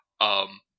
um-